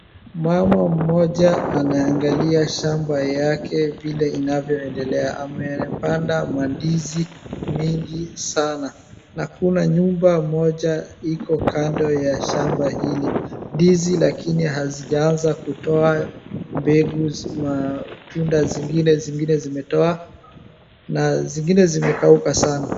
Mama mmoja anaangalia shamba yake vile inavyoendelea. Amepanda mandizi mengi sana na kuna nyumba moja iko kando ya shamba hili. Ndizi lakini hazijaanza kutoa mbegu matunda zingine. Zingine zimetoa na zingine zimekauka sana.